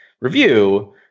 review